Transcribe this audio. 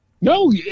No